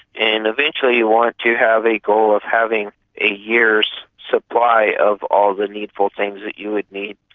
and eventually you want to have a goal of having a year's supply of all the needful things that you would need,